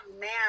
man